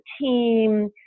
team